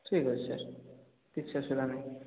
ଠିକ୍ ଅଛି ସାର୍ କିଛି ଅସୁବିଧା ନାହିଁ